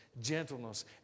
gentleness